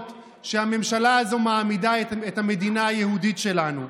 שהממשלה הזאת מעמידה בהן את המדינה היהודית שלנו.